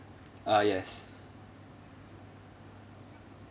ah yes